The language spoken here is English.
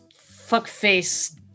fuckface